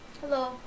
Hello